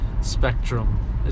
spectrum